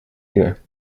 uur